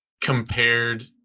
compared